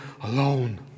alone